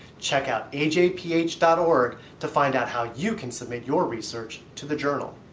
check out ajph dot org to find out how you can submit your research to the journal.